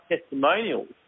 testimonials